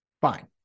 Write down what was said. Fine